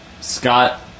Scott